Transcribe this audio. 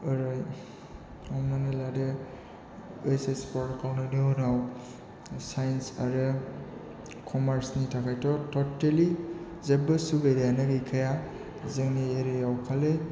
ओरै हमनानै लादो ऐस एस फरायखांनायनि उनाव साइन्स आरो क'मार्सनि थाखायथ' टटेलि जेबबो सुबिदायानो गैखाया जोंनि एरियायाव खालि